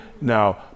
Now